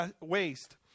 waste